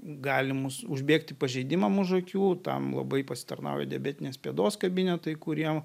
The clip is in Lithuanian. galimus užbėgti pažeidimam už akių tam labai pasitarnauja diabetinės pėdos kabinetai kuriem